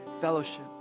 fellowship